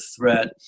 threat